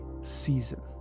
season